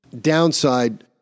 downside